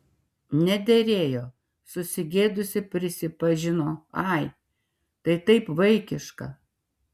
nederėjo susigėdusi pripažino ai tai taip vaikiška